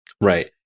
right